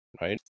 Right